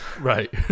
Right